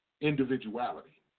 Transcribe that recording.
individuality